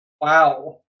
Wow